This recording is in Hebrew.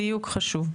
זה דיוק חשוב.